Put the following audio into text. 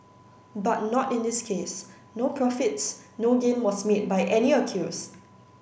but not in this case no profits no gain was made by any accused